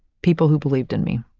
people who believed in me,